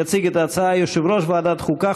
יציג את ההצעה יושב-ראש ועדת החוקה,